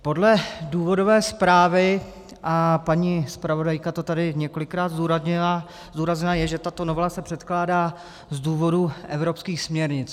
Podle důvodové zprávy a paní zpravodajka to tady několikrát zdůraznila je, že tato novela se předkládá z důvodu evropských směrnic.